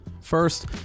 First